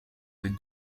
with